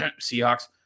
Seahawks